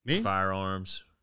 firearms